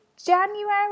January